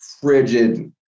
frigid